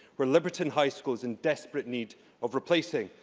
where liberton high school is in desperate need of replacement.